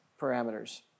parameters